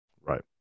right